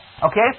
Okay